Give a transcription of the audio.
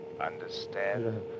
Understand